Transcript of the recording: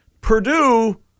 Purdue